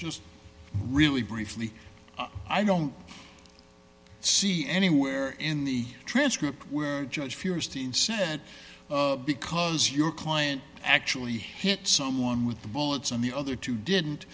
just really briefly i don't see anywhere in the transcript were judge feuerstein said because your client actually hit someone with the bullets and the other two didn't